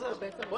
אני